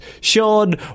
Sean